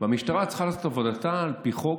והמשטרה צריכה לעשות את עבודתה על פי חוק,